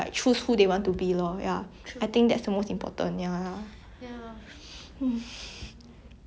so I think we covered everything already right shall we pause